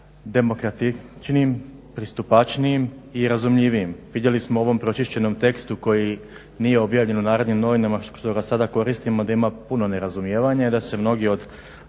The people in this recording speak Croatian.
demokratičnijim, pristupačnijim i razumljivijim. Vidjeli smo u ovom pročišćenom tekstu koji nije objavljen u Narodnim novinama što ga sada koristimo da ima puno nerazumijevanja i da se mnogi od